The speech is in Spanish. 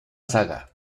saga